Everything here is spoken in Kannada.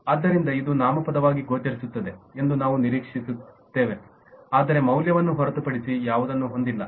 ಆದ್ದರಿಂದ ಇದು ನಾಮಪದವಾಗಿ ಗೋಚರಿಸುತ್ತದೆ ಎಂದು ನೀವು ನಿರೀಕ್ಷಿಸುತ್ತೀರಿ ಆದರೆ ಮೌಲ್ಯವನ್ನು ಹೊರತುಪಡಿಸಿ ಯಾವುದನ್ನೂ ಹೊಂದಿಲ್ಲ